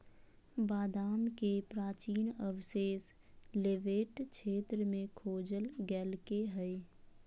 बादाम के प्राचीन अवशेष लेवेंट क्षेत्र में खोजल गैल्के हइ